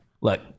Look